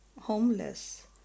homeless